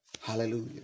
Hallelujah